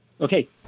Okay